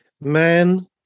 man